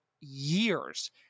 years